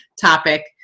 topic